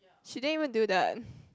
she din even do that